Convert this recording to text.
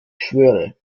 schwöre